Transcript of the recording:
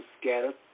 scattered